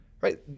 Right